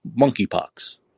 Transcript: monkeypox